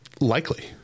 likely